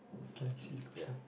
can see the question